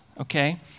okay